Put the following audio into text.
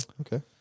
Okay